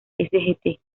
sgt